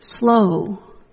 Slow